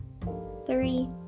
Three